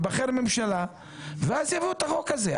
תיבחר ממשלה ואז יבוא החוק הזה,